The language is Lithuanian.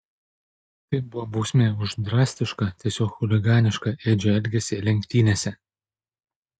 tai buvo bausmė už drastišką tiesiog chuliganišką edžio elgesį lenktynėse